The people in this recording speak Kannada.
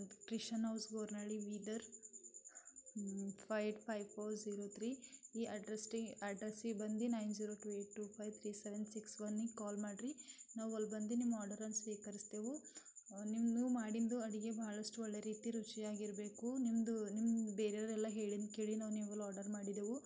Krishan house Bornahalli Bidar five eight five four zero three ಈ ಅಡ್ರೆಸ್ಟಿಗೆ ಅಡ್ರೆಸ್ಸಿಗೆ ಬಂದು nine zero two eight two five three seven six ಒನಿಗೆ ಕಾಲ್ ಮಾಡಿರಿ ನಾವು ಅಲ್ಲಿ ಬಂದು ನಿಮ್ಮ ಆರ್ಡರನ್ನು ಸ್ವೀಕರಿಸ್ತೇವೆ ನಿಮ್ದು ನೀವು ಮಾಡಿದ್ದು ಅಡುಗೆ ಬಹಳಷ್ಟು ಒಳ್ಳೆ ರೀತಿ ರುಚಿಯಾಗಿರಬೇಕು ನಿಮ್ದು ನಿಮ್ಮ ಬೇರೆಯವರೆಲ್ಲ ಹೇಳಿದ್ದು ಕೇಳಿ ನಾವು ನಿಮ್ಮಲ್ಲಿ ಆರ್ಡರ್ ಮಾಡಿದ್ದೇವೆ